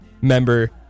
member